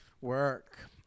Work